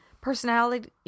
Personality